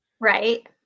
Right